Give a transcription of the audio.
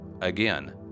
Again